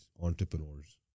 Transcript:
entrepreneurs